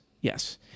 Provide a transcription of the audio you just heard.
yes